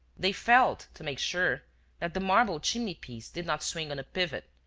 they felt to make sure that the marble chimney-piece did not swing on a pivot,